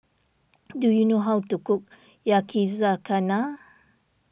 do you know how to cook Yakizakana